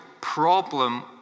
problem